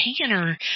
Tanner